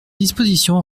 dispositions